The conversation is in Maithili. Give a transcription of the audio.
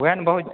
ओहए ने बहुत